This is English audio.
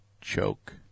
Choke